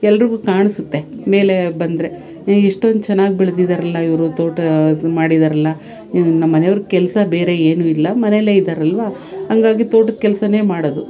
ಎಲ್ರಿಗೂ ಕಾಣಿಸುತ್ತೆ ಮೇಲೆ ಬಂದರೆ ಏ ಇಷ್ಟೊಂದು ಚೆನ್ನಾಗಿ ಬೆಳ್ದಿದ್ದಾರಲ್ಲ ಇವರು ತೋಟ ಅದು ಮಾಡಿದ್ದಾರಲ್ಲ ನಮ್ಮ ಮನೆಯವ್ರು ಕೆಲಸ ಬೇರೆ ಏನೂ ಇಲ್ಲ ಮನೆಲ್ಲೇ ಇದ್ದಾರಲ್ವ ಹಂಗಾಗಿ ತೋಟದ ಕೆಲ್ಸವೇ ಮಾಡೋದು